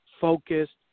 focused